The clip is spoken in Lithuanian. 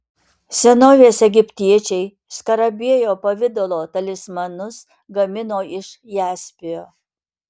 senovės egiptiečiai skarabėjo pavidalo talismanus gamino iš jaspio